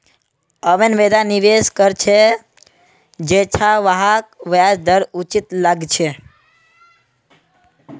अमन वैछा निवेश कर छ जैछा वहाक ब्याज दर उचित लागछे